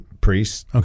Priests